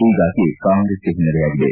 ಹೀಗಾಗಿ ಕಾಂಗ್ರೆಸ್ಗೆ ಹಿನ್ನಡೆಯಾಗಿದೆ